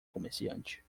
comerciante